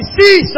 see